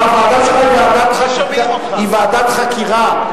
הוועדה שלך היא ועדת חקירה,